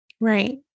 Right